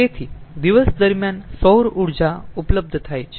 તેથી દિવસ દરમ્યાન સૌર ઊર્જા ઉપલબ્ધ થાય છે